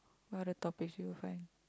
what other topics you will find